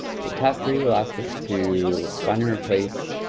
so task three will ask us to find and replace